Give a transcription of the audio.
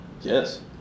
Yes